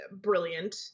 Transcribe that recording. brilliant